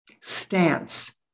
stance